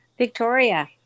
Victoria